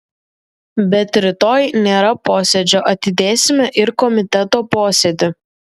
bet rytoj nėra posėdžio atidėsime ir komiteto posėdį